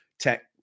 tech